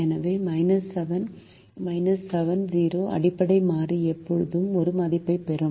எனவே 7 0 அடிப்படை மாறி எப்போதும் ஒரு மதிப்பைப் பெறும்